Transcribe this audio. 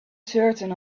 certain